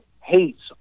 hates